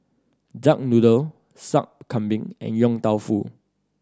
duck noodle Sup Kambing and Yong Tau Foo